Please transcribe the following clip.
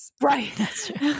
Right